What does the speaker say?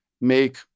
make